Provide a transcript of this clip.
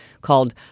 called